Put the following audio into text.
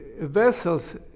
vessels